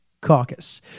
Caucus